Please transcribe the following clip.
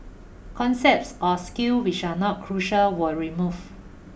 concepts or skills which are not crucial were removed